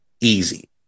Easy